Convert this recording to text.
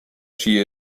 she